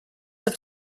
have